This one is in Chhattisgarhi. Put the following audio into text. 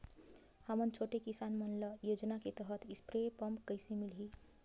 हमन छोटे किसान मन ल योजना के तहत स्प्रे पम्प कइसे मिलही?